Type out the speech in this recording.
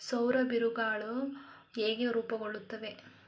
ಸೌರ ಬಿರುಗಾಳಿಗಳು ಹೇಗೆ ರೂಪುಗೊಳ್ಳುತ್ತವೆ?